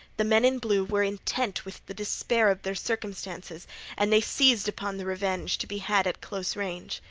the men in blue were intent with the despair of their circumstances and they seized upon the revenge to be had at close range.